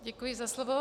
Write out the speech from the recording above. Děkuji za slovo.